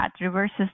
reverses